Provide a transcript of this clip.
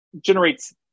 generates